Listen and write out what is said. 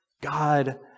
God